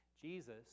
Jesus